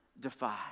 defied